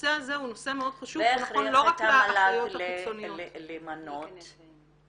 והנושא הזה הוא נושא מאוד חשוב -- ואיך --- למנות מישהי